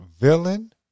villain